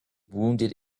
wounded